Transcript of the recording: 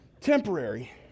Temporary